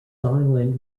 island